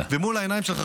ומול העיניים שלך,